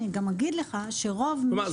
כלומר,